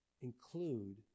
include